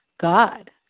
God